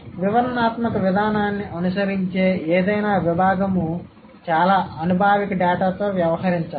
వివరణాత్మక విధానాన్ని అనుసరించే ఏదైనా విభాగము చాలా అనుభావిక డేటాతో వ్యవహరించాలి